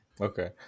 Okay